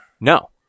No